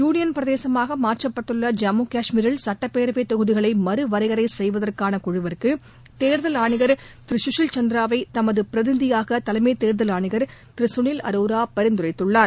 union பிரதேசமாக மாற்றப்பட்டுள்ள ஜம்மு கஷ்மீரில் சட்டப்பேரவைத் தொகுதிகளை மறுவரையறை செய்வதற்கான குழுவிற்கு தேர்தல் ஆணையா் திரு கஷில் சந்திராவை தமது பிரதிநிதியாக தலைமை தேர்தல் ஆணையர் திரு சுனில் அரோரா பரிந்துரைத்துள்ளார்